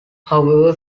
however